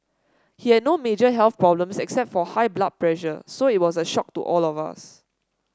he had no major health problems except for high blood pressure so it was a shock to all of us